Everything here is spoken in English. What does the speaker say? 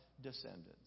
descendants